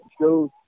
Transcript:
show